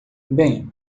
bem